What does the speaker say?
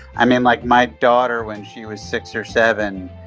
i mean, like, my daughter, when she was six or seven,